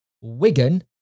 Wigan